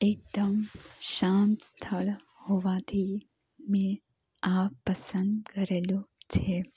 એકદમ શાંત સ્થળ હોવાથી મેં આ પસંદ કરેલું છે